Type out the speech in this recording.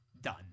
done